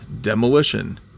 Demolition